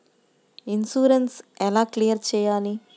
Insurance ఎలా claim చేయాలి?